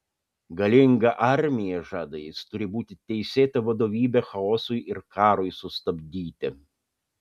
galinga armija žada jis turi būti teisėta vadovybė chaosui ir karui sustabdyti